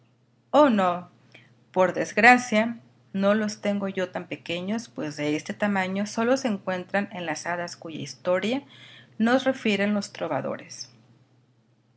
oh no por desgracia no los tengo yo tan pequeños pues de este tamaño sólo se encuentran en las hadas cuya historia nos refieren los trovadores